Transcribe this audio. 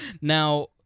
Now